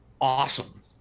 awesome